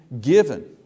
given